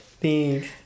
Thanks